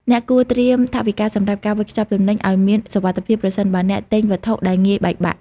អ្នកគួរត្រៀមថវិកាសម្រាប់ការវេចខ្ចប់ទំនិញឱ្យមានសុវត្ថិភាព ប្រសិនបើអ្នកទិញវត្ថុដែលងាយបែកបាក់។